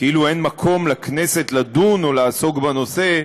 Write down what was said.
כאילו אין מקום לכנסת לדון או לעסוק בנושא.